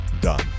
done